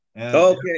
Okay